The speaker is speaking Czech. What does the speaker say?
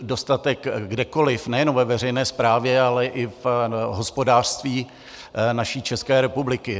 dostatek není kdekoliv, nejen ve veřejné správě, ale i v hospodářství naší České republiky.